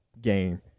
game